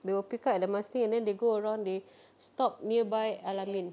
they will pick up at the marsiling and then they go around they stop nearby al-amin